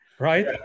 Right